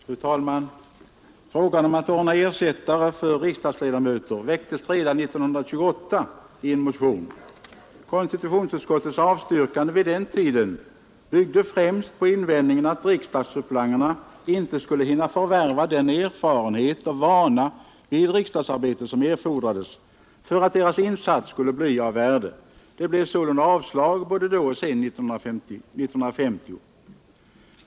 Fru talman! Frågan om att ordna ersättare för riksdagsledamöter väcktes redan 1928 i en motion. Konstitutionsutskottets avstyrkande vid den tiden byggde främst på invändningen att riksdagssuppleanterna inte skulle hinna förvärva den erfarenhet och vana vid riksdagsarbetet som erfordrades för att deras insats skulle bli av värde. Det blev sålunda avslag både då och senare 1950.